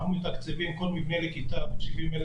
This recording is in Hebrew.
אנחנו מתקצבים כל מבנה לכיתה ב-70,000